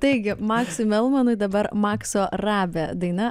taigi maksui melmanui dabar makso rabė daina